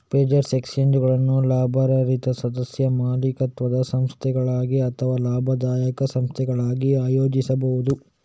futures ಎಕ್ಸ್ಚೇಂಜುಗಳನ್ನು ಲಾಭರಹಿತ ಸದಸ್ಯ ಮಾಲೀಕತ್ವದ ಸಂಸ್ಥೆಗಳಾಗಿ ಅಥವಾ ಲಾಭದಾಯಕ ಸಂಸ್ಥೆಗಳಾಗಿ ಆಯೋಜಿಸಬಹುದು